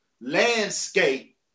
landscape